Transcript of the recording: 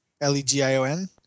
L-E-G-I-O-N